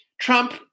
Trump